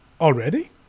Already